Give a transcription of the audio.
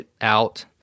out